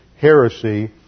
heresy